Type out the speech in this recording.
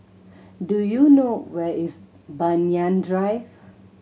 do you know where is Banyan Drive